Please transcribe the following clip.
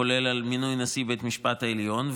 כולל על מינוי בית המשפט העליון,